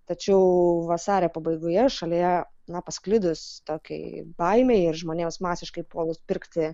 tačiau vasario pabaigoje šalyje nuo pasklidus tokiai baimei ir žmonėms masiškai puolus pirkti